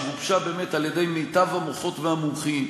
שגובשה על-ידי מיטב המוחות והמומחים,